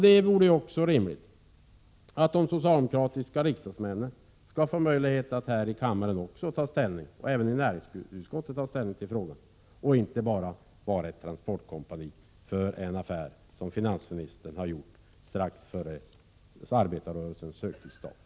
Det vore också rimligt om de socialdemokratiska riksdagsmännen finge möjlighet att här i kammaren, liksom i näringsutskottet, ta ställning till frågan, så att de inte bara blir ett transportkompani när det gäller en affär som finansministern gjorde strax före arbetarrörelsens högtidsdag.